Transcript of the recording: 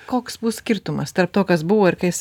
koks bus skirtumas tarp to kas buvo ir kas